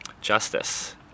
Justice